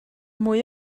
mwy